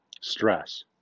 stress